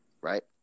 right